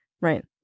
Right